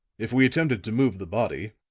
if we attempted to move the body,